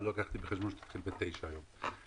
לא לקחתי בחשבון שתתחיל ב-9:00 היום.